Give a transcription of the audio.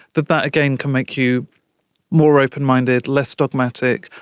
that that again could make you more open-minded, less dogmatic,